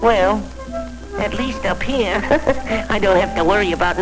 well at least up here if i don't have to learn about